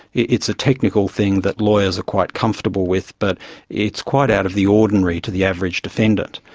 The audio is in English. it's a technical thing that lawyers are quite comfortable with, but it's quite out of the ordinary to the average defendant.